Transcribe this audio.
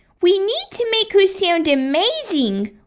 we need to make her sound amazing!